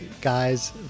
guys